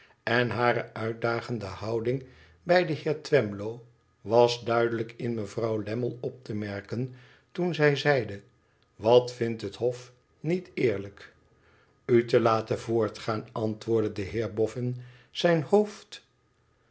en hare uitdagende houding bij den heer twemlow was duidelijk in mevrouw lammie op te merken toen zij zeide i wat vindt het hof niet eerlijk i u te laten voortgaan antwoordde de heer boffin zijn hoofd